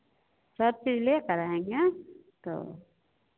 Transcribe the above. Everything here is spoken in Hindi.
सब चीज़ लेकर आएँगे तो